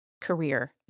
career